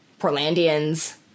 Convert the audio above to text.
Portlandians